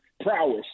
prowess